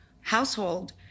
household